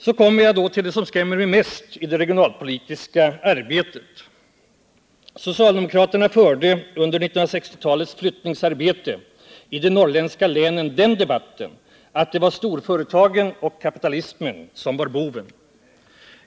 Så kommer jag till det som skrämmer mig mest i det regionalpolitiska arbetet. Socialdemokraterna förde under 1960-talets flyttningsarbete i de norrländska länen den debatten att det var storföretagen och kapitalismen som var bovarna.